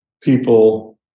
people